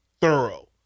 thorough